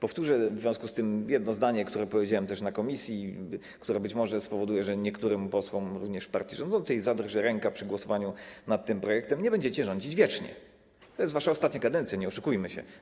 Powtórzę w związku z tym jedno zdanie, które powiedziałem w komisji, które być może spowoduje, że niektórym posłom, również z partii rządzącej, zadrży ręka przy głosowaniu nad tym projektem: Nie będziecie rządzić wiecznie, to jest wasza ostatnia kadencja, nie oszukujmy się.